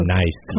nice